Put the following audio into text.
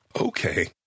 Okay